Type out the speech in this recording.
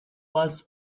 was